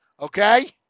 okay